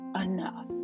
enough